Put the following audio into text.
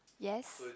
yes